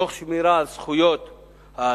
תוך שמירה על זכויות האדם.